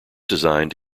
designed